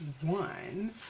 one